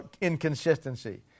inconsistency